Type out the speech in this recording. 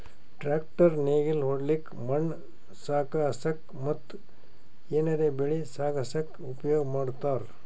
tractor ನೇಗಿಲ್ ಹೊಡ್ಲಿಕ್ಕ್ ಮಣ್ಣ್ ಸಾಗಸಕ್ಕ ಮತ್ತ್ ಏನರೆ ಬೆಳಿ ಸಾಗಸಕ್ಕ್ ಉಪಯೋಗ್ ಮಾಡ್ತಾರ್